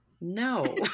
no